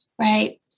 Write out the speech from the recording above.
right